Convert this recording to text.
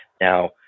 Now